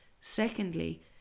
secondly